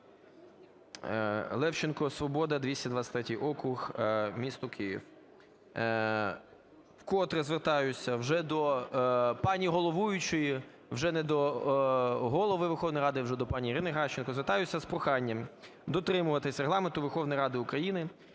Левченко, "Свобода", 223-й округ, місто Київ. Вкотре звертаюся вже до пані головуючої, вже не до Голови Верховної Ради, вже до пані Ірини Геращенко звертаюся з проханням дотримуватись Регламенту Верховної Ради України,